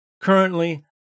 Currently